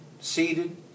Seated